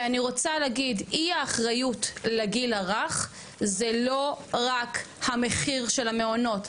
ואני רוצה להגיד אי האחריות לגיל הרך זה לא רק המחיר של המעונות,